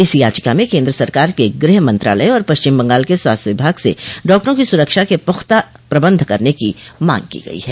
इस याचिका में केन्द्र सरकार के गृह मंत्रालय और पश्चिम बंगाल के स्वास्थ विभाग से डॉक्टरों की सुरक्षा के पुख्ता प्रबंध करने की मांग की गई है